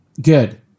good